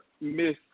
miss